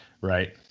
Right